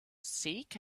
seek